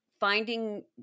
finding